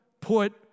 put